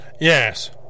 Yes